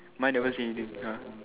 mine never say anything ah